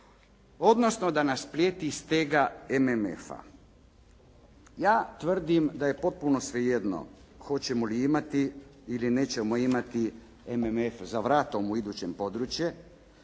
odnosno da nam prijeti stega MMF-a. Ja tvrdim da je potpuno svejedno hoćemo li imati ili nećemo imati MMF za vratom u idućem području